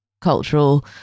cultural